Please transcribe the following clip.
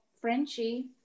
Frenchie